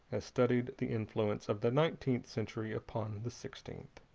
ah studied the influence of the nineteenth century upon the sixteenth.